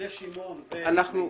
בני שמעון ומיתר.